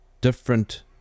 different